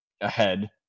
ahead